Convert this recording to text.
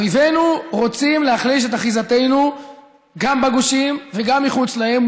אויבינו רוצים להחליש את אחיזתנו גם בגושים וגם מחוץ להם.